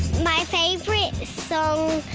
my favourite song